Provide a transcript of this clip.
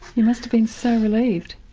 you must have been so relieved.